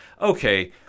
Okay